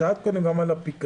שאלת קודם על הפיקדון.